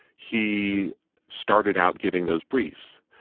he started out giving those briefs.